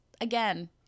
again